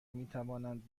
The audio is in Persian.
میتوانند